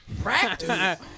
Practice